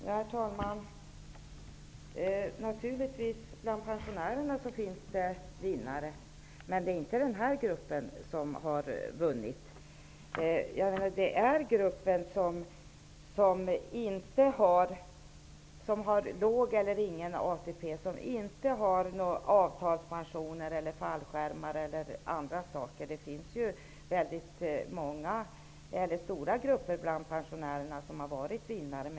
Herr talman! Naturligtvis finns det vinnare bland pensionärerna. Men den grupp vi här talar om har inte vunnit. Det är en grupp som har låg eller ingen ATP och som inte har något avtal om pension, fallskärmsavtal eller liknande. Det finns väldigt stora grupper bland pensionärerna som har varit vinnare.